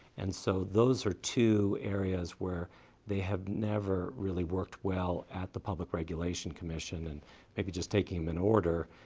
and so those are two areas where they have never really worked well at the public regulation commission, and maybe just taking them in order,